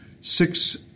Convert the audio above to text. six